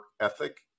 Ethic